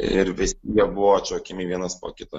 ir visi jie buvo atšaukiami vienas po kito